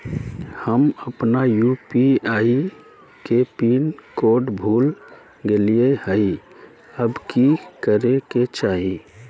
हम अपन यू.पी.आई के पिन कोड भूल गेलिये हई, अब की करे के चाही?